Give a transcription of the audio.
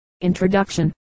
Introduction